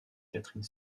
catherine